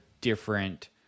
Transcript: different